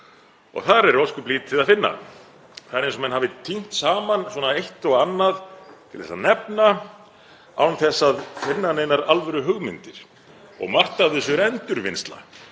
og þar er ósköp lítið að finna. Það er eins og menn hafi tínt saman eitt og annað til að nefna án þess að finna neinar alvöruhugmyndir. Og margt af þessu er endurvinnsla,